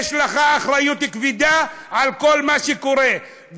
יש לך אחריות כבדה על כל מה שקורה,